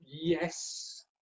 Yes